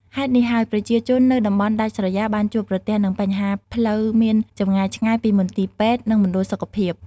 ហេតុនេះហើយ ប្រជាជននៅតំបន់ដាច់ស្រយាលបានជួបប្រទះនឹង បញ្ហាផ្លូវមានចម្ងាយឆ្ងាយពីមន្ទីរពេទ្យ និងមណ្ឌលសុខភាព។